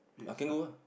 I can go ah